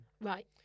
right